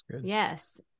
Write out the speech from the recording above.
yes